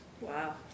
Wow